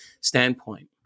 standpoint